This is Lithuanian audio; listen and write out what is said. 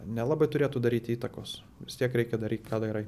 nelabai turėtų daryti įtakos vis tiek reikia daryt ką darai